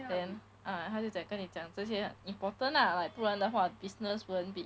then ah 他就讲跟你讲这些 important lah like 不然的话 business won't be